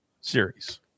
series